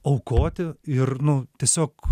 aukoti ir nu tiesiog